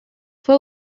fue